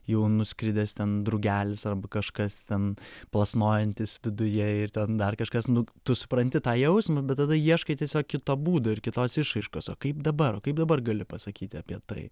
jau nuskridęs ten drugelis arba kažkas ten plasnojantis viduje ir ten dar kažkas nu tu supranti tą jausmą bet tada ieškai tiesiog kito būdo ir kitos išraiškos o kaip dabar kaip dabar gali pasakyti apie tai